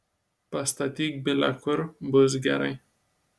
pastatyk bile kur bus gerai